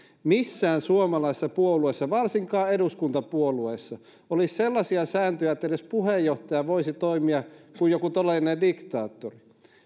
missään suomalaisessa puolueessa varsinkaan eduskuntapuolueessa olisi sellaisia sääntöjä että edes puheenjohtaja voisi toimia kuin joku todellinen diktaattori